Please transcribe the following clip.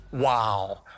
Wow